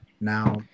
now